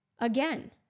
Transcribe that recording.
again